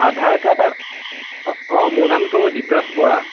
আধাৰ card অঁ অঁ মোৰ নামটো দ্বীপৰাজ বৰা